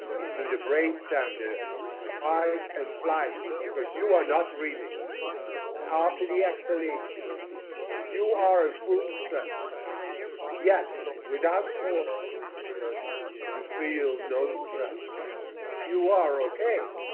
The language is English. into the brainstem. did it fight and flight because you are not breathing after the exhalation you are in full stress yet without force you feel no stress you are okay